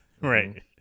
right